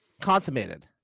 Consummated